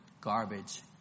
garbage